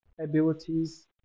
abilities